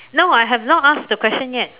no I have not asked the question yet